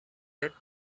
bit